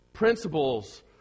principles